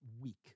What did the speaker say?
weak